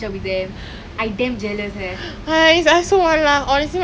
they all damn big lah all the european people all !wah!